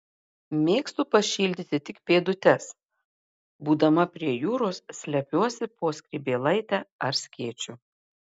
mėgstu pašildyti tik pėdutes būdama prie jūros slepiuosi po skrybėlaite ar skėčiu